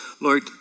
Lord